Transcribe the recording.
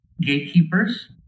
gatekeepers